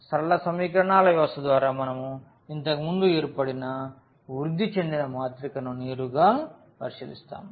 సరళ సమీకరణాల వ్యవస్థ ద్వారా మనం ఇంతకుముందు ఏర్పడిన వృద్ధి చెందిన మాత్రికను నేరుగా పరిశీలిస్తాము